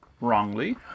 wrongly